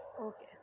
Okay